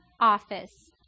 office